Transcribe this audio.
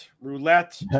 roulette